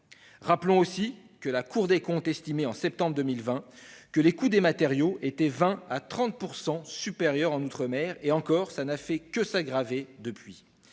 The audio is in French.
Rappelons aussi que la Cour des comptes estimait, en septembre 2020, que les coûts des matériaux étaient de 20 % à 30 % supérieurs en outre-mer. Depuis lors, cet écart n'a fait que s'aggraver ; raison